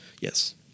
Yes